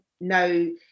no